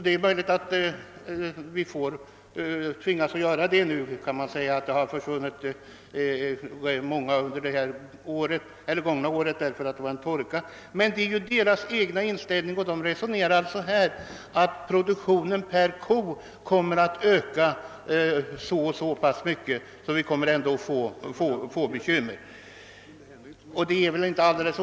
Det är möjligt att vi tvingas till en sådan åtgärd. Det har försvunnit många kor bara under det gångna året på grund av torkan. Edra egna organisationers inställning är att produktionen per ko kommer att öka så mycket att vi ändå kommer att få bekymmer.